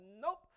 Nope